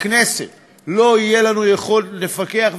הכנסת, לא תהיה לנו יכולת לפקח.